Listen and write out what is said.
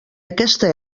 aquesta